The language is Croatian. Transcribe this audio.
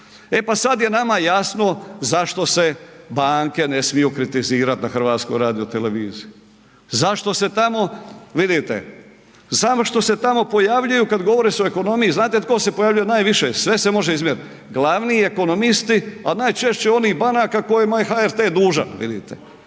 E pa sad je nama jasno zašto se banke ne smiju kritizirati na HRT-u, zašto se tamo vidite, samo što se tamo pojavljuju kad govore se o ekonomiji, znate tko se pojavljuje najviše, sve s može izmjeriti, glavni ekonomisti, a najčešće onih banaka kojima je HRT dužan. Vidite,